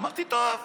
אמרתי: טוב.